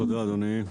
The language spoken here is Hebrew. תודה אדוני.